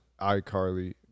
iCarly